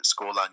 scoreline